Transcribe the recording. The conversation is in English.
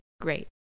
great